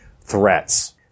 threats